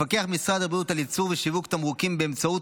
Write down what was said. מפקח משרד הבריאות על ייצור ושיווק תמרוקים באמצעות